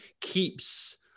keeps